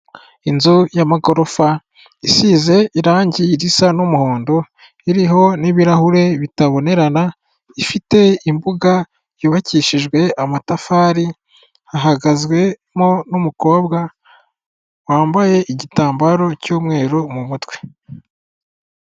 Inzu ya'magorofa isize irangi risa n'umuhondo, iriho n'ibirahure bitabonerana, ifite imbuga yubakishijwe amatafari. Ahagazwemo n'umukobwa wambaye igitambaro cy'umweru mu mutwe.